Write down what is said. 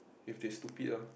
if they stupid ah